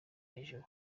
hejuru